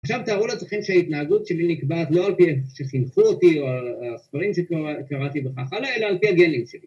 ‫עכשיו תארו לעצמכם שההתנהגות שלי ‫נקבעת לא על פי שחינכו אותי ‫או על הספרים שקראתי וכך הלאה, ‫אלא על פי הגנים שלי.